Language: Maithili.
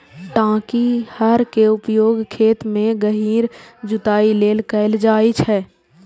टांकी हर के उपयोग खेत मे गहींर जुताइ लेल कैल जाइ छै